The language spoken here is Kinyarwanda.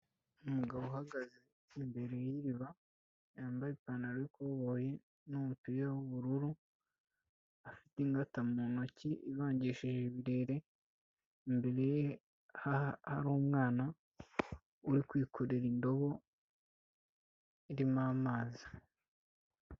Umugabo uhagaze imbere y'iriba yambaye ipantaro yo koboyi n'umupira w'ubururu, afite ingata mu ntoki ibangishije ibirere mbere ye hari umwana uri kwikorera indobo irimo amazi.